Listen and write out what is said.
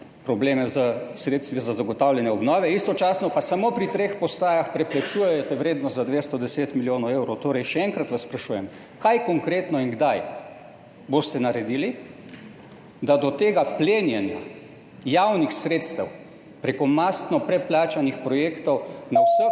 probleme s sredstvi za zagotavljanje obnove, istočasno pa samo pri treh postajah preplačujete vrednost za 210 milijonov evrov. Še enkrat vas sprašujem, kaj konkretno in kdaj boste naredili, da do tega plenjenja javnih sredstev prek mastno preplačanih projektov na vseh